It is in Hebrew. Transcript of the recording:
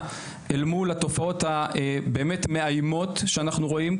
אל מול התופעות הבאמת מאיימות שאנחנו רואים,